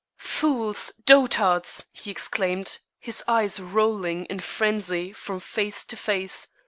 fools! dotards! he exclaimed, his eyes rolling in frenzy from face to face,